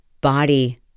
body